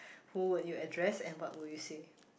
who would you address and what will you say